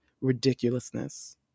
Ridiculousness